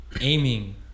aiming